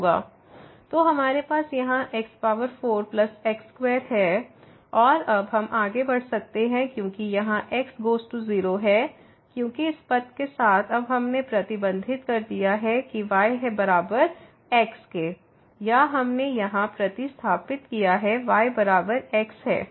तो हमारे पास यहां x4 x2 है और अब हम आगे बढ़ सकते हैं क्योंकि यहां x गोज़ टू 0 है क्योंकि इस पथ के साथ अब हमने प्रतिबंधित कर दिया है कि यह y बराबर x है या हमने यहां प्रतिस्थापित किया है y बराबर x है